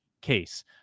case